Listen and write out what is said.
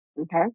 Okay